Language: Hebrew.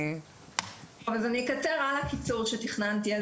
אני אקצר על הקיצור שתכננתי.